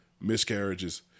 miscarriages